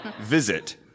visit